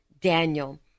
Daniel